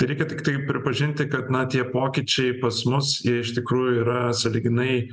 tai reikia tiktai pripažinti kad na tie pokyčiai pas mus jie iš tikrųjų yra sąlyginai